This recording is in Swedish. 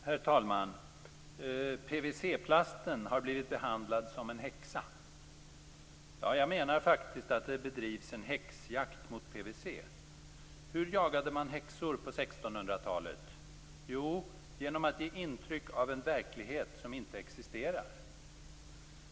Herr talman! PVC-plasten har blivit behandlad som en häxa - ja, jag menar faktiskt att det bedrivs en häxjakt mot PVC. Hur jagade man häxor på 1600 talet? Jo, genom att ge intryck av en verklighet som inte existerade.